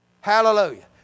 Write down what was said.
Hallelujah